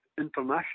international